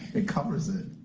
it covers it